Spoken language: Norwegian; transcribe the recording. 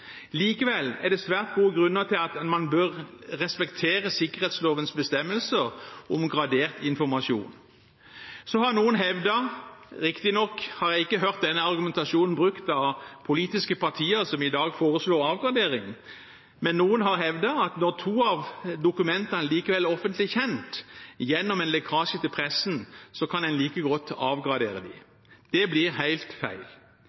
Likevel er det svært gode grunner til at man bør respektere sikkerhetslovens bestemmelser om gradert informasjon. Så har noen hevdet – riktignok har jeg ikke hørt den argumentasjonen brukt av politiske partier som i dag foreslår avgradering – at når to av dokumentene likevel er offentlig kjent, gjennom en lekkasje til pressen, kan man like godt avgradere dem. Det blir helt feil.